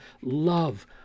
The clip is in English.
love